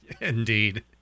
Indeed